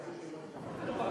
נמצאת,